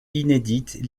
inédites